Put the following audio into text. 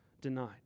denied